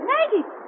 Maggie